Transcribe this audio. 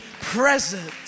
present